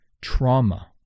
trauma